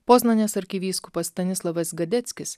poznanės arkivyskupas stanislavas gadeckis